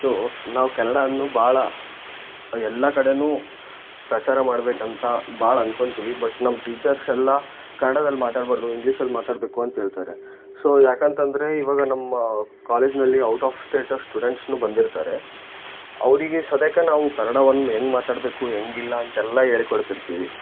so ನಾವು ಕನ್ನಡವನ್ನು ಭಾಳ ಎಲ್ಲ ಕಡೆಯೂ ಪ್ರಚಾರ ಮಾಡಬೇಕಂತ ಭಾಳ ಅನ್ಕೊತಿವಿ ಬಟ್ ನಮ್ಮ ಟೀಚರ್ಸೆಲ್ಲಾ ಕನ್ನಡದಲ್ ಮಾತಾಡಬಾರ್ದು ಇಂಗ್ಲೀಷಲ್ಲಿ ಮಾತಾಡಬೇಕು ಅಂತ್ಹೇಳ್ತಾರೆ ಸೊ ಯಾಕಂತಂದರೆ ಇವಾಗ ನಮ್ಮ ಕಾಲೇಜಿನಲ್ಲಿ ಔಟ್ ಆಫ್ ಸ್ಟೇಟ್ ಸ್ಟೂಡೆಂಟ್ಸೂನು ಬಂದಿರ್ತಾರೆ ಅವರಿಗೆ ಸಧ್ಯಕ್ಕೆ ನಾವು ಕನ್ನಡವನ್ ಹೇಗ್ ಮಾತಾಡಬೇಕು ಹೇಗಿಲ್ಲ ಅಂತೆಲ್ಲ ಹೇಳಿ ಕೊಡ್ತಿರ್ತೀವಿ